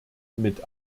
mit